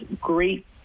great